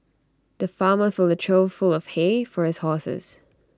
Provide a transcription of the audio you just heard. the farmer filled A trough full of hay for his horses